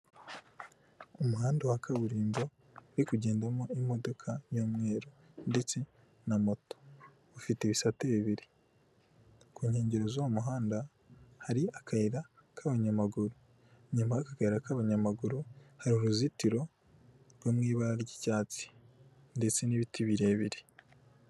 Umuhanda wa kaburimbo uri kugendamo imodoka y'umweru ndetse na moto, ufite ibisate bibiri, ku nkengero z'uwo muhanda hari akayira k'abanyamaguru, inyuma y'aka kayira k'abanyamaguru hari uruzitiro rwo mu ibara ry'icyatsi ndetse n'ibiti birebire.